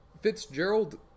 Fitzgerald